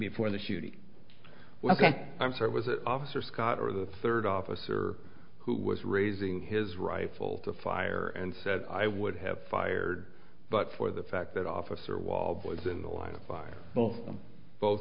before the shooting well i'm sure it was officer scott or the third officer who was raising his rifle to fire and said i would have fired but for the fact that officer while boy is in the line of fire both